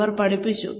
അവർ പഠിച്ചു